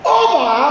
over